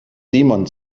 simon